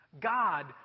God